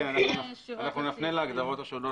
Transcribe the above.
כן, אנחנו נפנה להגדרות השונות